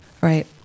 right